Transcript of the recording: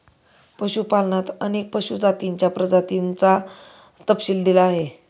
पशुपालनात अनेक पशु जातींच्या प्रजातींचा तपशील दिला आहे